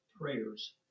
prayers